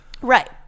Right